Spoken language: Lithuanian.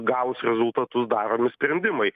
gavus rezultatus daromi sprendimai